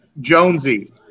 Jonesy